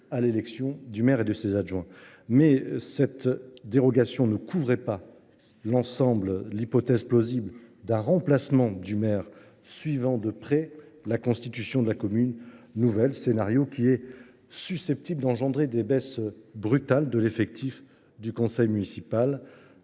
à l’élection du maire et des adjoints. Mais cette dérogation ne couvre pas l’hypothèse – plausible – d’un remplacement du maire suivant de près la constitution de la commune nouvelle, un scénario susceptible d’engendrer des baisses brutales de l’effectif du conseil municipal,